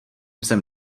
jsem